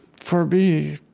for me,